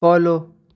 follow